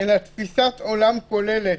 אלא תפיסת עולם כוללת,